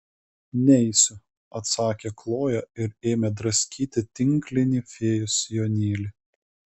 neisiu atsakė kloja ir ėmė draskyti tinklinį fėjos sijonėlį